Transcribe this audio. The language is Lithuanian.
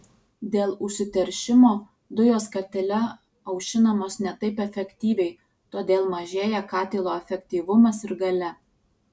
dėl užsiteršimo dujos katile aušinamos ne taip efektyviai todėl mažėja katilo efektyvumas ir galia